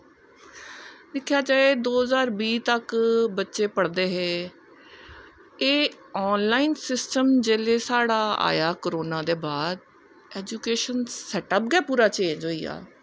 दिक्खेआ जाए दो ज्हार बीह् तक बच्चे पढ़दे हे एह् आनलाईन सिस्टम जिसले आया करोनां दे बाद ऐजुकेशन सैटअप गै पूरा चेंज होईया